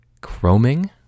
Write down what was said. Chroming